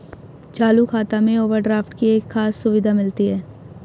चालू खाता में ओवरड्राफ्ट की एक खास सुविधा मिलती है